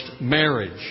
marriage